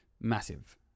massive